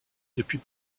depuis